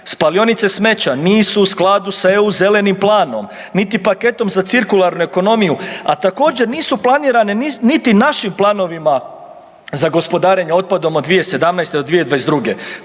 Spalionice smeća nisu u skladu s EU Zelenim planom niti paketom za cirkularnu ekonomiju, a također, nisu planirane niti našim planovima za gospodarenje otpadom od 2017. do 2022.